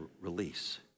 release